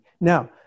Now